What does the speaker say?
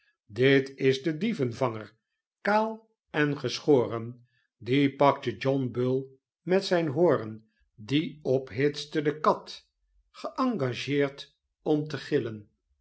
dit is de dievenvanger kaal en geschoren die pakte john bull met zijn hoorn die ophitste de kat geengageerd om te gillen